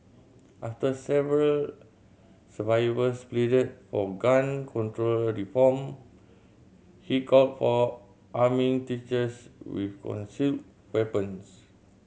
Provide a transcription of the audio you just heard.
after several survivors pleaded for gun control reform he called for arming teachers with concealed weapons